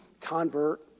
convert